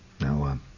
Now